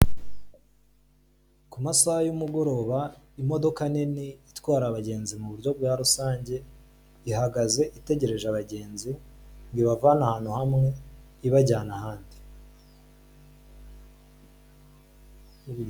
Ku masaha y'umugoroba, imodoka nini itwara abagenzi mu buryo bwa rusange, ihagaze itegereje abagenzi ngo ibavana ahantu hamwe ibajyana ahandi.